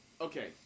Okay